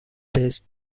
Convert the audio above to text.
based